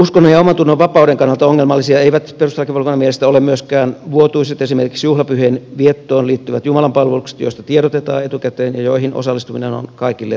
uskonnon ja omantunnonvapauden kannal ta ongelmallisia eivät perustuslakivaliokunnan mielestä ole myöskään vuotuiset esimerkiksi juhlapyhien viettoon liittyvät jumalanpalvelukset joista tiedotetaan etukäteen ja joihin osallistuminen on kaikille vapaaehtoista